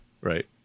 Right